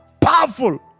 powerful